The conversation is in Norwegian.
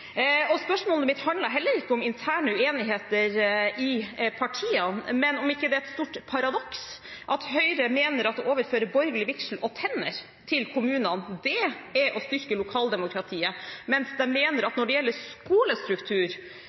befolkningen. Spørsmålet mitt handlet heller ikke om interne uenigheter i partiene, men om det ikke er et stort paradoks at Høyre mener at å overføre borgerlig vigsel og tannhelse til kommunene er å styrke lokaldemokratiet, mens de mener at når det gjelder skolestruktur,